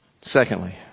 Secondly